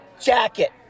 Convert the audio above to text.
jacket